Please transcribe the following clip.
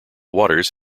waters